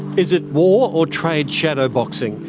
is it war or trade shadowboxing?